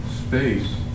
space